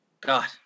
God